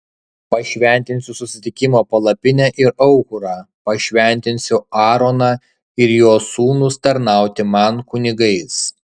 pašventinsiu susitikimo palapinę ir aukurą pašventinsiu aaroną ir jo sūnus tarnauti man kunigais